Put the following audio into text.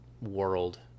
world